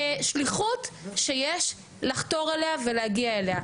שליחות שיש לחתור אליה ולהגיע אליה,